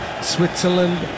Switzerland